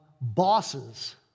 bosses